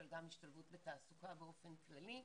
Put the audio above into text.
אבל גם השתלבות בתעסוקה באופן כללי,